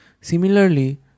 Similarly